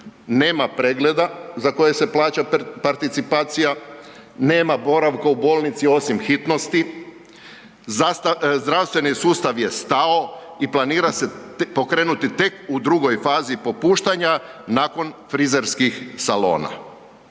Nema pregleda za koje se plaća participacija, nema boravka u bolnici osim hitnosti, zdravstveni sustav je stao i planira se pokrenuti tek u drugoj fazi popuštanja nakon frizerskih salona.